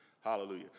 Hallelujah